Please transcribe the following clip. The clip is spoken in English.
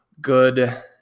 good